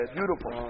Beautiful